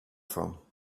from